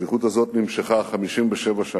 השליחות הזאת נמשכה 57 שנה.